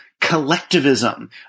collectivism